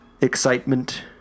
excitement